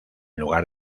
lugar